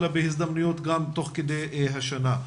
אלא גם בהזדמנויות תוך כדי השנה.